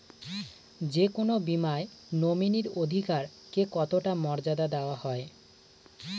যে কোনো বীমায় নমিনীর অধিকার কে কতটা মর্যাদা দেওয়া হয়?